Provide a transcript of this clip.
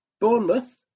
Bournemouth